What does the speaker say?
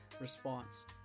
response